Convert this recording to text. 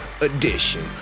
edition